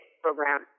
program